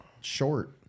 short